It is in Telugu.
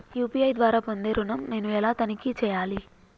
యూ.పీ.ఐ ద్వారా పొందే ఋణం నేను ఎలా తనిఖీ చేయాలి?